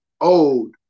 old